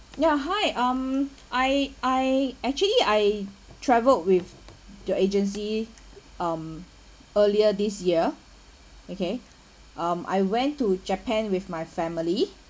yeah hi um I I actually I travelled with the agency um earlier this year okay um I went to japan with my family